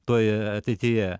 toj ateityje